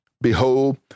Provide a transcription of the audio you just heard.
Behold